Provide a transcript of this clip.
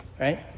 right